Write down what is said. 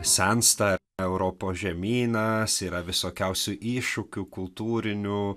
sensta europos žemynas yra visokiausių iššūkių kultūriniu